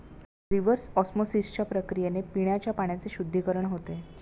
reverse ऑस्मॉसिसच्या प्रक्रियेने पिण्याच्या पाण्याचे शुद्धीकरण होते